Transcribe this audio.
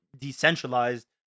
decentralized